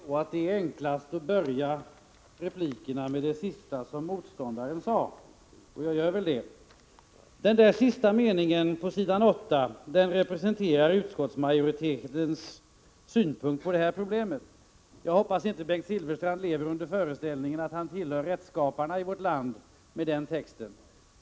Fru talman! I allmänhet är det enklast att börja en replik med det sista som motståndaren sade, och jag gör det. Den citerade meningen på s. 8 representerar utskottsmajoritetens synpunkt på det här problemet. Jag hoppas att Bengt Silfverstrand inte lever i föreställningen att han tillhör rättsskaparna i vårt land med den texten.